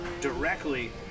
directly